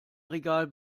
regal